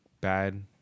bad